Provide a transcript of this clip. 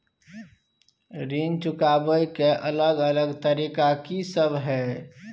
ऋण चुकाबय के अलग अलग तरीका की सब हय?